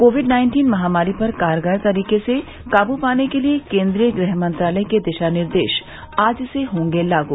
Covid nineteen महामारी पर कारगर तरीके से काबू पाने के लिए केन्द्रीय गृह मंत्रालय के दिशा निर्देश आज होंगे लागू